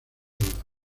avanzada